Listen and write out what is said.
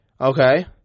Okay